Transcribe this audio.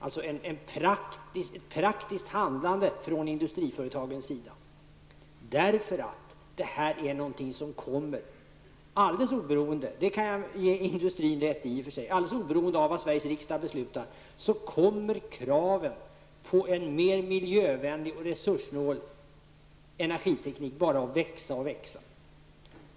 Det behövs ett praktiskt handlande från energiföretagens sida. Kraven på en mer miljövänlig och resurssnål energiteknik kommer bara att växa och växa och det alldeles oberoende av vad Sveriges riksdag beslutar, och det kan jag ge industrin alldeles rätt i.